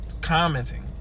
commenting